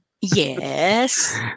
Yes